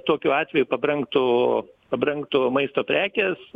tokiu atveju pabrangtų pabrangtų maisto prekės